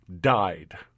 died